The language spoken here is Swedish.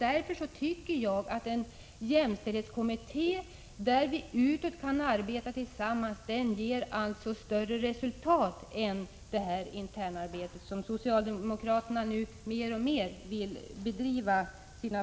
Därför tycker jag att en jämställdhetskommitté, där vi utåt kan arbeta tillsammans, alltså ger bättre resultat än det internarbete som socialdemokraterna nu mer och mer vill bedriva.